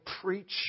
preach